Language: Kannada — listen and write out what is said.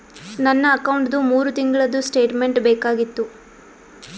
ನನ್ನ ಅಕೌಂಟ್ದು ಮೂರು ತಿಂಗಳದು ಸ್ಟೇಟ್ಮೆಂಟ್ ಬೇಕಾಗಿತ್ತು?